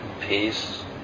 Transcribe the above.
peace